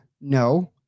No